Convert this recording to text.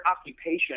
occupation